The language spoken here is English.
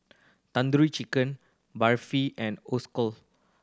Tandoori Chicken Barfi and